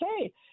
okay